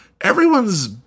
Everyone's